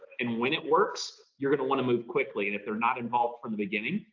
and when it works, you're going to want to move quickly. and if they're not involved from the beginning,